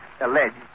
alleged